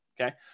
okay